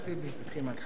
אדוני היושב-ראש,